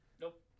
Nope